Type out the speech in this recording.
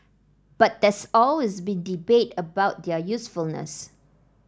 but there's always been debate about their usefulness